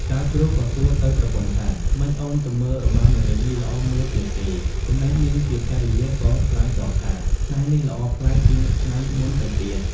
ចៅជ្រូកក៏សួរទៅប្រពន្ធថា ម៉េចអូនទៅមើលរបាំល្ងាចនេះល្អមើលទៀតទេ? ចំណែកនាងជាភរិយាក៏ឆ្លើយតបថា ថ្ងៃនេះល្អប្លែកជាងថ្ងៃមុនទៅទៀត។